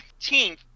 15th